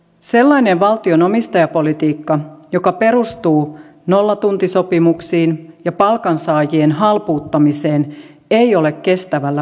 sellainen valtion omistajapolitiikka joka perustuu nollatuntisopimuksiin ja palkansaajien halpuuttamiseen ei ole kestävällä pohjalla